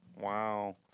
Wow